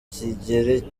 kigero